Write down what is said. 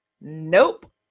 Nope